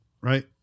Right